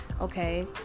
Okay